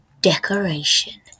decoration